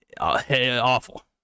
awful